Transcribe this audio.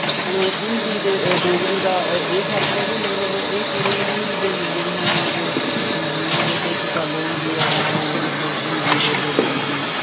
एह् हिंदी दे डोगरी दा एह् फर्क ऐ कि मतलब एह् थोह्ड़ी इयां मिलदे मिलदे बी हैन के जियां के गल्ल होंदी ऐ तां ओह् मतलब हिंदी ते डोगरी दी